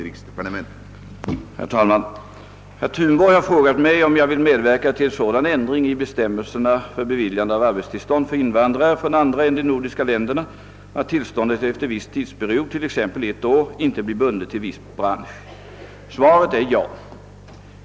Herr talman! Herr Thunborg har frågal mig om jag vill medverka till sådan ändring i bestämmelserna för beviljande av arbetstillstånd för invandrare från andra än de nordiska länderna att tillståndet efter viss tidsperiod, t.ex. ett år, inte blir bundet till viss bransch. Svaret är ja.